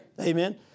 Amen